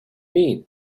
mean